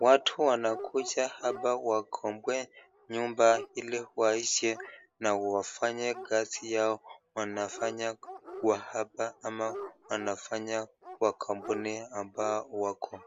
watu wanakuja hapa wakomboe hili waishi na wafanye kazi wanafanya hapa ama wanafanya Kwa kampuni ambao wako.